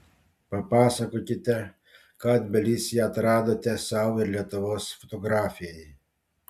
papasakokite ką tbilisyje atradote sau ir lietuvos fotografijai